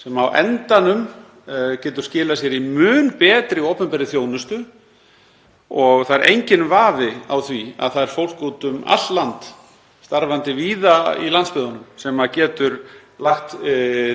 sem á endanum getur skilað sér í mun betri opinberri þjónustu. Það er enginn vafi á því að það er fólk út um allt land, starfandi víða í landsbyggðunum, sem getur lagt